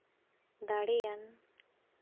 ᱫᱟᱲᱮᱭᱟᱱ